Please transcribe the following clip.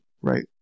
right